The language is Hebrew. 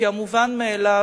כי המובן מאליו,